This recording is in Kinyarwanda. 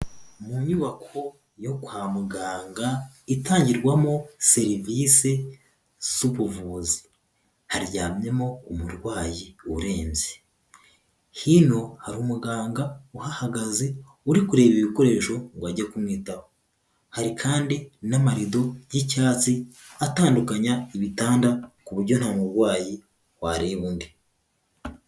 Mu nyubako yo kwa muganga itangirwamo serivise z'ubuvuzi, haryamyemo umurwayi urembye, hino hari umuganga uhahagaze uri kureba ibikoresho ngo ajye kumwitaho, hari kandi n'amarido y'icyatsi atandukanya ibitanda ku buryo nta murwayi wareba undi.